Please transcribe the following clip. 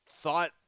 thought